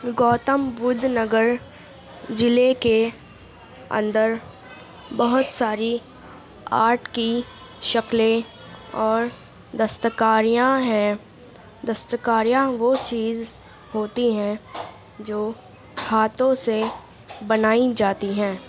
گوتم بدھ نگر ضلعے کے اندر بہت ساری آرٹ کی شکلیں اور دستکاریاں ہیں دستکاریاں وہ چیز ہوتی ہیں جو ہاتھوں سے بنائی جاتی ہیں